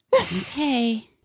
okay